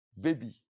Baby